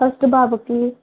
first బాబుకి